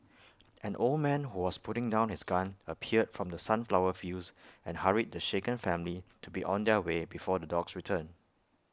an old man who was putting down his gun appeared from the sunflower fields and hurried the shaken family to be on their way before the dogs return